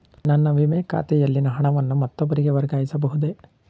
ನನ್ನ ವಿಮೆ ಖಾತೆಯಲ್ಲಿನ ಹಣವನ್ನು ಮತ್ತೊಬ್ಬರಿಗೆ ವರ್ಗಾಯಿಸ ಬಹುದೇ?